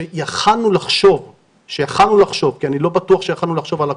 שיכלנו לחשוב כי אני לא בטוח שיכלנו לחשוב על הכל,